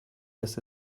this